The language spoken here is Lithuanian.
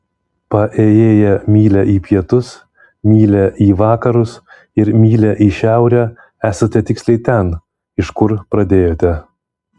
paėjėję mylią į pietus mylią į vakarus ir mylią į šiaurę esate tiksliai ten iš kur pradėjote